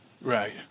Right